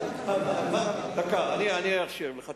אני אאפשר לך.